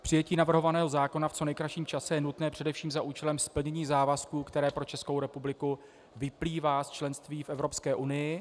Přijetí navrhovaného zákona v co nejkratším čase je nutné především za účelem splnění závazků, které pro Českou republiku vyplývá z členství v Evropské unii.